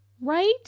right